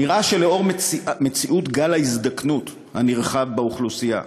נראה שלאור מציאות גל ההזדקנות הנרחב באוכלוסייה,